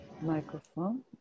microphone